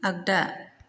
आग्दा